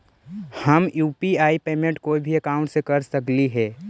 हम UPI payment कोई भी अकाउंट से कर सकली हे?